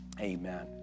Amen